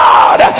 God